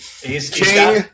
King